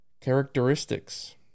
Characteristics